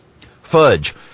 Fudge